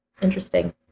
Interesting